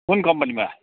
कुन कम्पनीमा